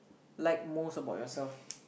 like most about yourself